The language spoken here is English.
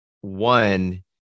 one